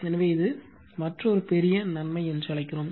எனவே இதை மற்றொரு பெரிய நன்மை என்று அழைக்கிறோம்